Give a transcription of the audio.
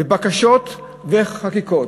בבקשות וחקיקות